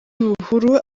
buhuru